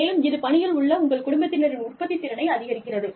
மேலும் இது பணியில் உள்ள உங்கள் குடும்பத்தினரின் உற்பத்தித்திறனை அதிகரிக்கிறது